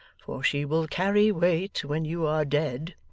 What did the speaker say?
for she will carry weight when you are dead